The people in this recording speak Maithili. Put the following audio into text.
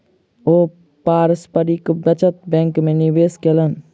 ओ पारस्परिक बचत बैंक में निवेश कयलैन